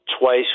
Twice